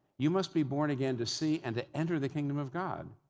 you must be born again to see and to enter the kingdom of god?